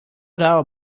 doubt